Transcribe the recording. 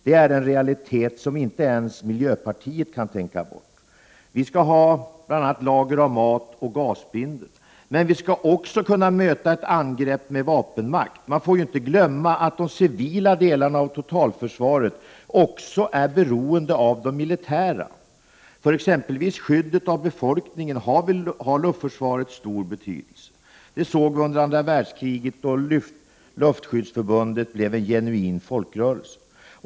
Det kan i realitetens inte ens miljöpartiet tänka bort. Vi skall ha bl.a. lager av mat och gasbindor. Men vi skall också kunna möta ett angrepp med vapenmakt. Vi får inte glömma att de civila delarna av totalförsvaret också är beroende av de militära. Exempelvis för skyddet av befolkningen har luftförsvaret stor betydelse. Det såg vi under andra världskriget, då luftskyddsförbundet blev en genuin folkrörelse.